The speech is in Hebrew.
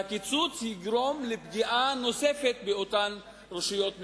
והקיצוץ יגרום לפגיעה נוספת באותן רשויות מקומיות.